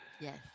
Yes